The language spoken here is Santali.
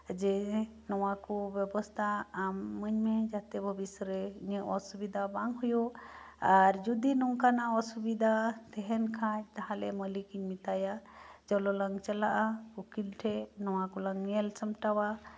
ᱡᱮ ᱱᱚᱣᱟ ᱠᱚ ᱵᱮᱵᱚᱥᱛᱷᱟ ᱮᱢᱟᱧ ᱢᱮ ᱡᱟᱛᱮ ᱵᱷᱚᱵᱤᱥᱚᱛᱨᱮ ᱤᱧᱟᱹᱜ ᱚᱥᱩᱵᱤᱫᱷᱟ ᱵᱥᱟᱝ ᱦᱩᱭᱩᱜ ᱟᱨ ᱡᱚᱫᱤ ᱱᱚᱝᱠᱟᱱᱟᱜ ᱚᱥᱩᱵᱤᱫᱷᱟ ᱛᱟᱸᱦᱮᱱ ᱠᱷᱟᱡ ᱢᱟᱹᱞᱤᱠ ᱤᱧ ᱢᱮᱛᱟᱭᱟ ᱪᱚᱞᱚ ᱞᱟᱝ ᱪᱟᱞᱟᱜᱼᱟ ᱩᱠᱤᱞ ᱴᱷᱮᱡ ᱱᱚᱣᱟ ᱠᱚᱞᱟᱝ ᱧᱮᱞ ᱥᱟᱢᱴᱟᱣᱟ